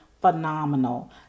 phenomenal